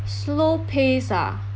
slow pace ah